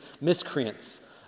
miscreants